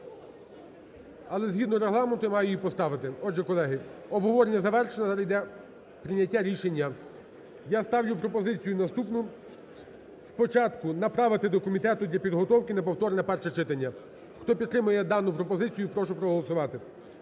Але згідно Регламенту я маю її поставити. Отже, колеги, обговорення завершене. Зараз йде прийняття рішення. Я ставлю пропозицію наступну: спочатку на правити до комітету для підготовки на повторне перше читання. Хто підтримує дану пропозицію, прошу проголосувати.